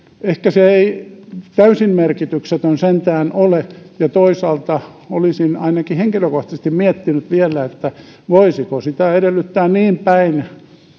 ehkä se ei täysin merkityksetön sentään ole ja toisaalta olisin ainakin henkilökohtaisesti miettinyt vielä voisiko sitä edellyttää niin päin